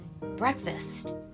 breakfast